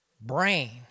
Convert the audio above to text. brain